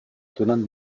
tenant